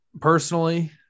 personally